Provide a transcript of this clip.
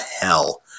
hell